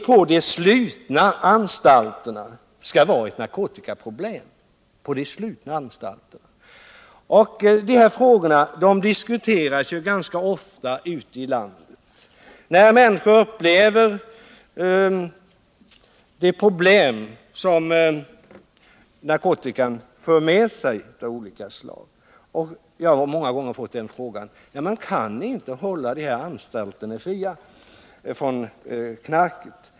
Det är besynnerligt att det kan finnas narkotikaproblem på de ”slutna” anstalterna. Dessa frågor diskuteras ganska ofta ute i landet när människor upplever de problem av olika slag som narkotikan för med sig. Jag har många gånger fått frågan: Varför kan man inte hålla dessa anstalter fria från knark?